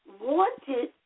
wanted